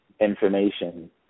information